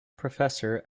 professor